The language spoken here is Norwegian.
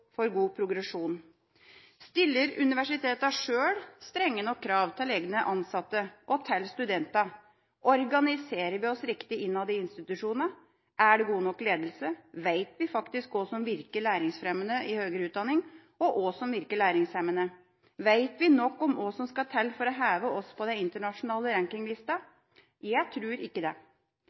for god progresjon. Stiller universitetene sjøl strenge nok krav til egne ansatte og til studentene? Organiserer vi oss riktig innad i institusjonene? Er det god nok ledelse? Vet vi faktisk hva som virker læringsfremmende i høyere utdanning, og hva som virker læringshemmende? Vet vi nok om hva som skal til for å heve oss på de internasjonale rankinglistene? Jeg tror ikke det.